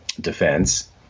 defense